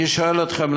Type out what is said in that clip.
אני שואל אתכם,